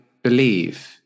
believe